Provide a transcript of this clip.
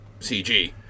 CG